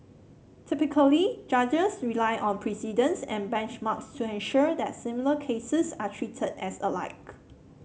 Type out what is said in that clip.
typically judges rely on precedents and benchmarks to ensure that similar cases are treated as alike